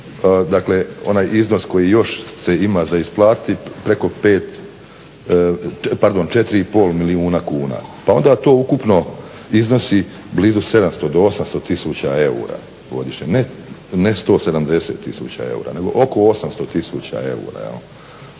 da je onaj iznos koji se još ima za isplatiti preko 4,5 milijuna kuna, pa onda to ukupno iznosi blizu 700 do 800 tisuća eura godišnje, ne 170 tisuća eura nego oko 800 tisuća eura.